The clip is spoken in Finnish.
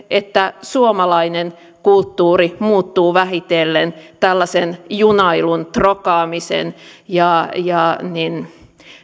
että suomalainen kulttuuri muuttuu vähitellen tällaisen junailun trokaamisen ja ja